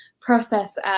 process